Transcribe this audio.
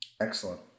Excellent